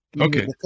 Okay